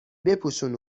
بپوشون